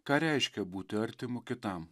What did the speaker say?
ką reiškia būti artimu kitam